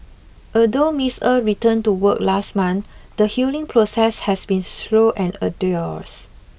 although Miss Er returned to work last month the healing process has been slow and arduous